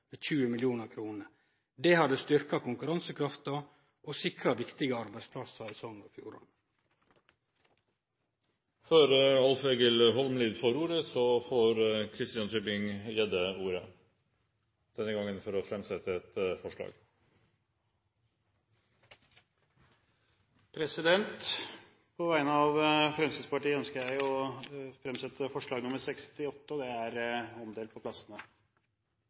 med 20 mill. kr. Det hadde styrka konkurransekrafta og sikra viktige arbeidsplassar i Sogn og Fjordane. Før representanten Alf Egil Holmelid får ordet, vil Christian Tybring-Gjedde fremme et forslag på vegne av Fremskrittspartiet. På vegne av Fremskrittspartiet ønsker jeg å fremsette forslag nr. 68. Det er omdelt på